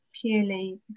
purely